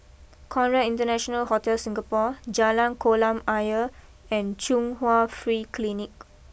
Conrad International Hotel Singapore Jalan Kolam Ayer and Chung Hwa Free Clinic